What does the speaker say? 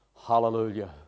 Hallelujah